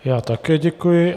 Já také děkuji.